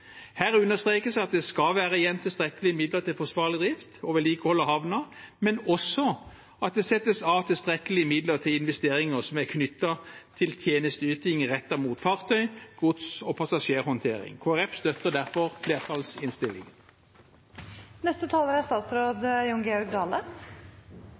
Her understrekes at det skal være igjen tilstrekkelige midler til forsvarlig drift og vedlikehold av havner, men også at det settes av tilstrekkelige midler til investeringer som er knyttet til tjenesteyting rettet mot fartøy, gods og passasjerhåndtering. Kristelig Folkeparti støtter derfor